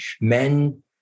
men